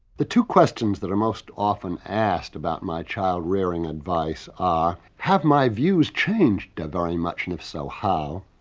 the two questions that are most often asked about my child rearing advice are have my views changed very much and if so, how?